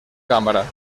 cámara